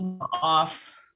Off